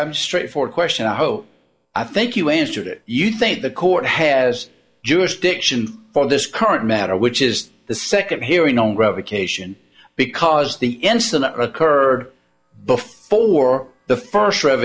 a straightforward question i hope i think you answered it you think the court has jurisdiction for this current matter which is the second hearing on revocation because the incident occurred before the first r